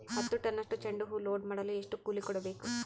ಹತ್ತು ಟನ್ನಷ್ಟು ಚೆಂಡುಹೂ ಲೋಡ್ ಮಾಡಲು ಎಷ್ಟು ಕೂಲಿ ಕೊಡಬೇಕು?